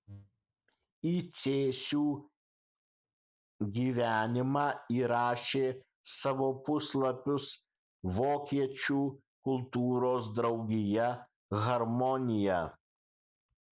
į cėsių gyvenimą įrašė savo puslapius vokiečių kultūros draugija harmonija